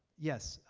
yes.